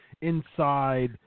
Inside